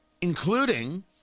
including